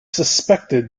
suspected